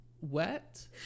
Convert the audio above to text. wet